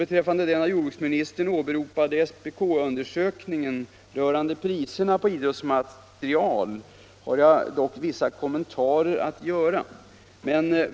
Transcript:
Beträffande den av jordbruksministern åberopade SPK-undersökningen rörande priserna på idrottsmateriel har jag dock vissa kommentarer att göra.